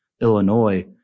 Illinois